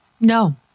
No